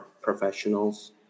professionals